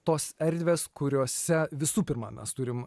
tos erdvės kuriose visų pirma mes turim